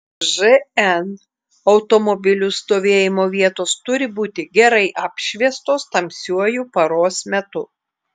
žn automobilių stovėjimo vietos turi būti gerai apšviestos tamsiuoju paros metu